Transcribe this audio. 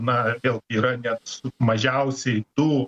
na ir vėl yra net mažiausiai du